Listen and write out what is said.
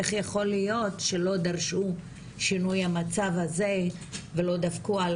איך יכול להיות שלא דרשו שינוי המצב הזה ולא דפקו על